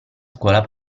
scuola